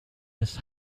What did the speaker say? his